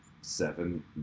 seven